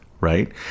right